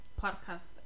podcast